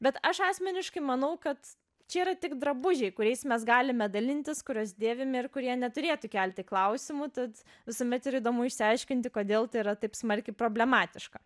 bet aš asmeniškai manau kad čia yra tik drabužiai kuriais mes galime dalintis kuriuos dėvime ir kurie neturėtų kelti klausimų tad visuomet yra įdomu išsiaiškinti kodėl tai yra taip smarkiai problematiška